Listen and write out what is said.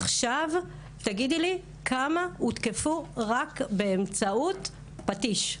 עכשיו תגידי לי כמה הותקפו רק באמצעות פטיש?